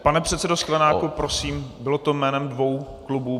Pane předsedo Sklenáku, prosím, bylo to jménem dvou klubů?